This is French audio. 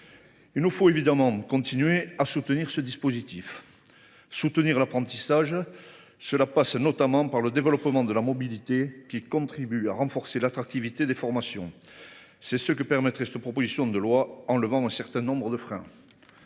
Il nous faut évidemment continuer à soutenir ce dispositif. Le soutien à l’apprentissage passe notamment par le développement de la mobilité, qui contribue à renforcer l’attractivité des formations. Dès lors, par cette proposition de loi, nous prenons acte d’un certain nombre de freins.